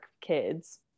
kids